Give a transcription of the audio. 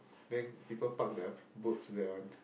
then people park their boats there one